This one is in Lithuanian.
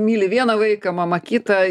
myli vieną vaiką mama kitą